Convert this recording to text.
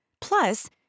Plus